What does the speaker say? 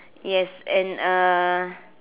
yes and uh